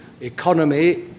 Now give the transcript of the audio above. economy